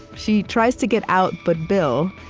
she tries to get out, but bill,